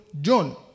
John